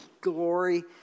glory